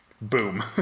boom